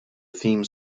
theme